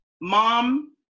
mom